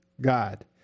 God